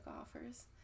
offers